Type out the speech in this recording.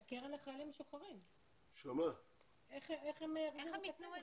הקרן לחיילים משוחררים, איך הם יחזירו את הכסף?